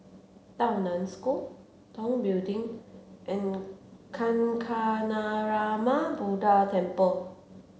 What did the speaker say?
Tao Nan School Tong Building and Kancanarama Buddha Temple